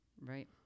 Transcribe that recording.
right